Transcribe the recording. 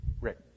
Rick